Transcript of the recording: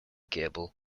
gable